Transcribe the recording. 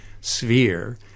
sphere